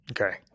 Okay